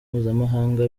mpuzamahanga